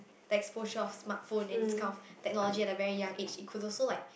the exposure of smartphone and this kind of technology at a very young age it could also like